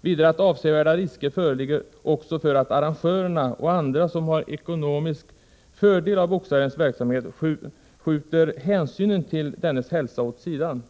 Vidare anser man att avsevärda risker föreligger också för att arrangörerna och andra som har ekonomisk fördel av boxarens verksamhet skjuter hänsynen till dennes hälsa åt sidan.